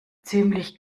ziemlich